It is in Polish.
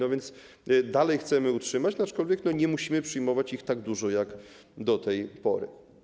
A więc dalej chcemy to utrzymać, aczkolwiek nie musimy przyjmować ich tak dużo jak do tej pory.